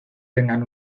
tengan